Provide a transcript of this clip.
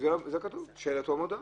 כתוב שלט או מודעה.